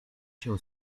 się